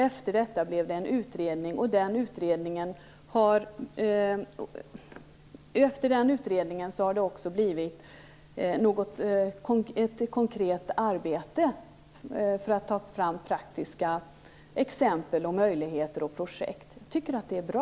Efter detta blev det en utredning, och efter den utredningen har det också blivit ett konkret arbete för att ta fram praktiska exempel, möjligheter och projekt. Jag tycker att det är bra.